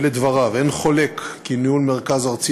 אלה דבריו: אין חולק כי ניהול מרכז ארצי